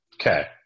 Okay